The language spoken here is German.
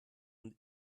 und